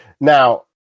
now